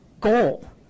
goal